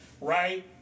right